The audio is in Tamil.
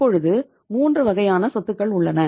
இப்பொழுது மூன்று வகையான சொத்துக்கள் உள்ளன